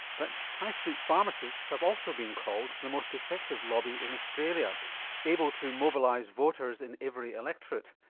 but high street pharmacists have also been called the most effective lobby in australia able to mobilise voters in every electorate,